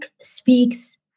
speaks